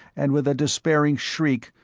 and with a despairing shriek,